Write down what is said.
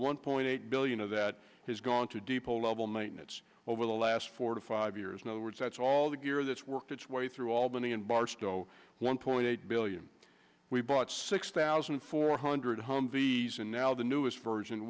one point eight billion of that has gone to depot level maintenance over the last four to five years in other words that's all the gear that's worked its way through albany and barstow one point eight billion we brought six thousand four hundred home these and now the newest version